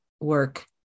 work